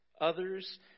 Others